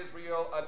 Israel